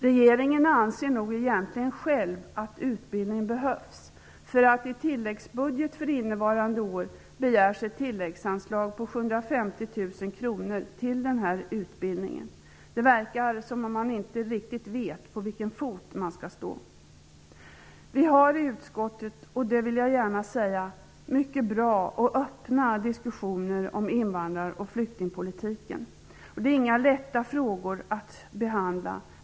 Regeringen anser nog egentligen själv att utbildningen behövs. I tilläggsbudget för innevarande år begärs nämligen ett tilläggsanslag på 750 000 kr till den här utbildningen. Man verkar inte riktigt veta på vilken fot man skall stå. Vi i utskottet har, det vill jag gärna säga, mycket bra och öppna diskussioner om invandrar och flyktingpolitiken. Det är inga lätta frågor att behandla.